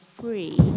free